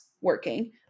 working